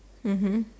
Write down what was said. mmhmm